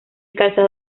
calzado